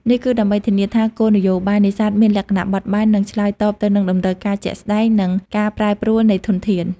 នេះគឺដើម្បីធានាថាគោលនយោបាយនេសាទមានលក្ខណៈបត់បែន និងឆ្លើយតបទៅនឹងតម្រូវការជាក់ស្តែង និងការប្រែប្រួលនៃធនធាន។